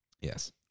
Yes